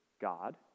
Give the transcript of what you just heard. God